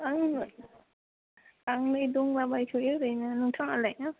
आं आं नै दंलाबायथ'यो ओरैनो नोंथाङालाय